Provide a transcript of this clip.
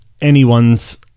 anyone's